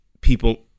people